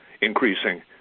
increasing